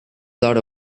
lot